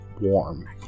warm